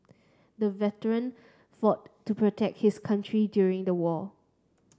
the veteran fought to protect his country during the war